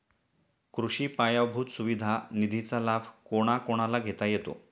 कृषी पायाभूत सुविधा निधीचा लाभ कोणाकोणाला घेता येतो?